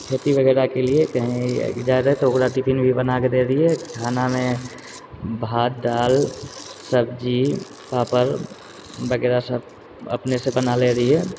खेती वगैरहके लिए कहीं जाइ रहै तऽ ओकरा टिफिन भी बनाके दैत रहियै खानामे भात दालि सब्जी पापड़ वगैरह सब अपनेसँ बना लैत रहियै